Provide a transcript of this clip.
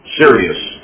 Serious